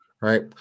Right